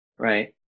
right